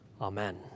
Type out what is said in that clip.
Amen